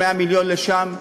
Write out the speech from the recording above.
100 מיליון לשם,